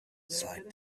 sighed